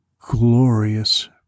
glorious